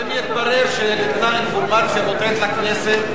ואם יתברר אחרי ההצבעה שניתנה אינפורמציה מוטעית לכנסת?